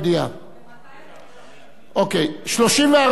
להכינה עוד היום לקריאה שנייה ולקריאה שלישית.